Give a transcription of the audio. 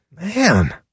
Man